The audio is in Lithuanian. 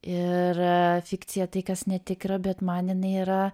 ir fikcija tai kas netikra bet man jinai yra